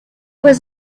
was